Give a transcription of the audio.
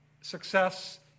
success